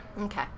Okay